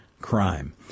crime